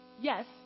yes